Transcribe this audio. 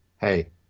hey